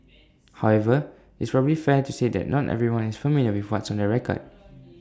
however is probably fair to say that not everyone is familiar with what's on the record